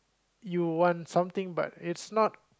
you want something but it's not